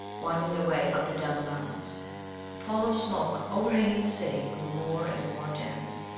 winding their way up and down the mountains. the pall of smoke overhanging the city grew more and more dense,